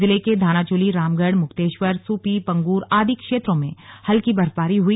जिले के धानाचूली रामगढ़ मुक्तेश्वर सूपी पंगूर आदि क्षेत्रों में हल्की बर्फबारी हुई